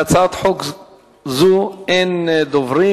להצעת חוק זו אין דוברים.